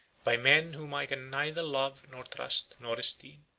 by men whom i can neither love nor trust, nor esteem.